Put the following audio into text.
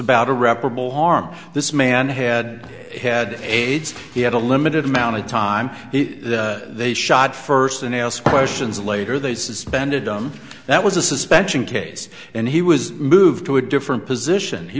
about a reparable harm this man had had aides he had a limited amount of time they shot first and ask questions later they suspended them that was a suspension case and he was moved to a different position he